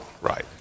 Right